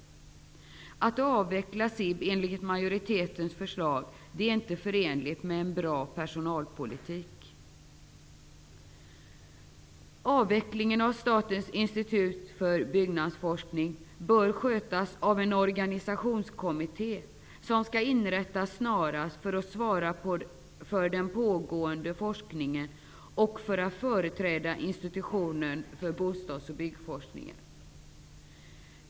Att avveckla SIB enligt majoritetens förslag är inte förenligt med en bra personalpolitik. Avvecklingen av SIB bör skötas av en organisationskommitté, som bör inrättas snarast för att svara för den pågående forskningen och företräda institutionen inom bostads och byggforskningen.